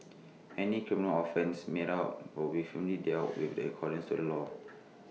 any criminal offence made out will be firmly dealt with the accordance to law